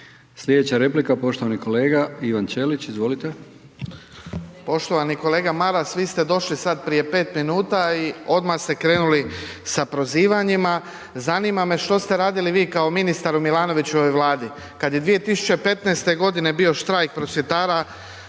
Slijedeća replika, poštovani kolega Ivan Ćelić, izvolite. **Ćelić, Ivan (HDZ)** Poštovani kolega Maras, vi ste došli sad prije 5 minuta i odmah ste krenuli sa prozivanjima. Zanima me što ste radili bi kao ministar u Milanovićevoj Vladi? Kad je 2015. g. bio štrajk prosvjetara,